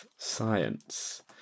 Science